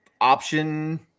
option